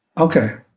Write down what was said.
Okay